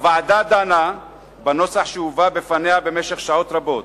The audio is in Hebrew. הוועדה דנה בנוסח שהובא בפניה שעות רבות,